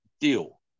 deal